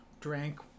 Drank